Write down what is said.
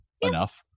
enough